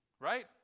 right